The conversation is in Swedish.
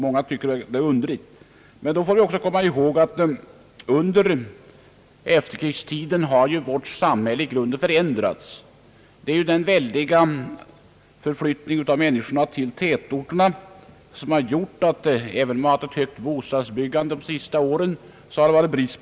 Många tycker att detta är underligt. Men vi får också komma ihåg att vårt samhälle under efterkrigstiden i grunden har förändrats. Den väldiga förflyttning av människor till tätorterna som skett har trots ett högt bostadsbyggande de senaste åren skapat bostadsbrist.